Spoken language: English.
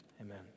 Amen